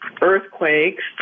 earthquakes